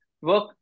work